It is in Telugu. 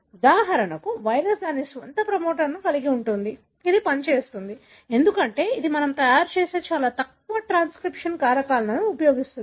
ఉదాహరణకు వైరస్ దాని స్వంత ప్రమోటర్ను కలిగి ఉంది ఇది పనిచేస్తుంది ఎందుకంటే ఇది మనము తయారుచేసే చాలా తక్కువ ట్రాన్స్క్రిప్షన్ కారకాలను ఉపయోగిస్తుంది